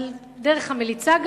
גם על דרך ההלצה,